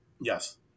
Yes